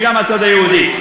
וגם מהצד היהודי,